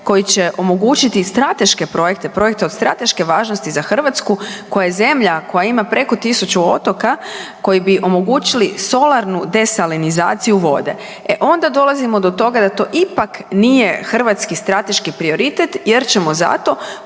koji će omogućiti strateške projekte, projekte od strateške važnosti za Hrvatsku koja je zemlja koja ima preko tisuću otoka koji bi omogućili solarnu desalinizaciju vode. E onda dolazimo do toga da to ipak nije hrvatski strateški prioritet jer ćemo za to